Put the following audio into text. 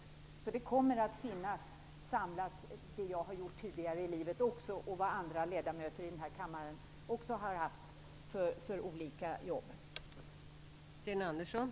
Vad jag och andra ledamöter i kammaren har gjort tidigare i livet och haft för olika jobb kommer alltså att finnas samlat.